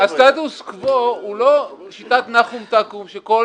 אבל הסטטוס קוו הוא לא שיטת נחום תקום שכל